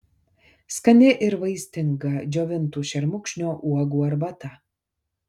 skani ir vaistinga džiovintų šermukšnio uogų arbata